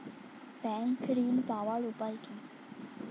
Bank ঋণ পাওয়ার উপায় কি?